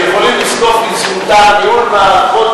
שיכולים לזקוף לזכותם ניהול מערכות,